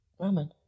Ramen